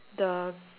the